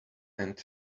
trained